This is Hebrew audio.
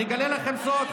אני אגלה לכם סוד,